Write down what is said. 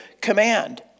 command